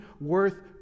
worth